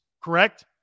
correct